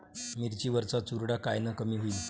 मिरची वरचा चुरडा कायनं कमी होईन?